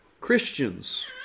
Christians